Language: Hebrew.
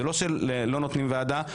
זה לא שלא נותנים ועדה,